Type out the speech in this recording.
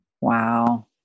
Wow